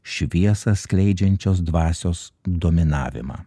šviesą skleidžiančios dvasios dominavimą